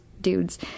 dudes